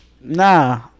nah